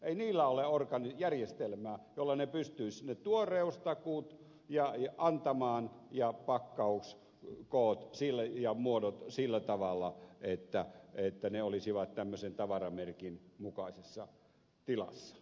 ei niillä ole järjestelmää jolla ne pystyisivät ne tuoreustakuut antamaan ja pakkauskoot ja muodot sillä tavalla että ne olisivat tämmöisen tavaramerkin mukaisessa tilassa